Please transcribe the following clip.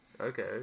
Okay